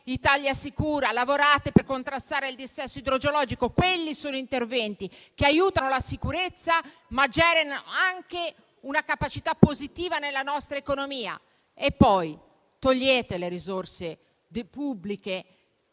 Italia Sicura, lavorate per contrastare il dissesto idrogeologico: questi sono interventi che aiutano la sicurezza e generano anche una capacità positiva nella nostra economia. E poi, togliete le risorse pubbliche